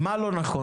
מה לא נכון?